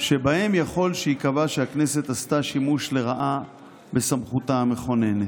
שבהם יכול שייקבע שהכנסת עשתה שימוש לרעה בסמכותה המכוננת.